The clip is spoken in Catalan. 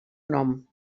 nom